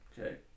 Okay